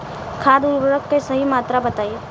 खाद उर्वरक के सही मात्रा बताई?